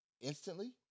Instantly